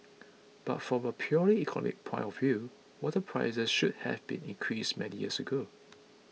but from a purely economic point of view water prices should have been increased many years ago